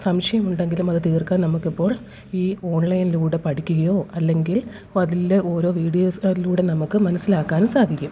സംശയം ഉണ്ടെങ്കിലും അത് തീര്ക്കാന് നമുക്കിപ്പോൾ ഈ ഓൺലൈനിലൂടെ പഠിക്കുകയോ അല്ലെങ്കിൽ അതിന്റെ ഓരോ വീഡിയോസിലൂടെ നമുക്ക് മനസ്സിലാക്കാൻ സാധിക്കും